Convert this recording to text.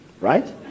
right